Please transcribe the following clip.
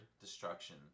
destruction